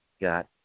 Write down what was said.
got